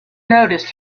noticed